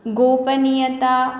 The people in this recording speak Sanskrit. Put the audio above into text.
गोपनीयता